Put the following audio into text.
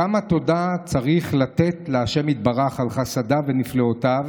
כמה תודה צריך לתת לה' יתברך על חסדיו ועל נפלאותיו